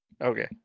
Okay